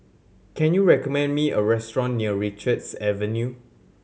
can you recommend me a restaurant near Richards Avenue